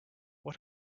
what